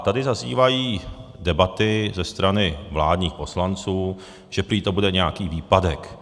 Tady zaznívají debaty ze strany vládních poslanců, že prý to bude nějaký výpadek.